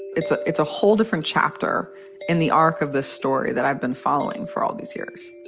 it's ah it's a whole different chapter in the arc of the story that i've been following for all these years.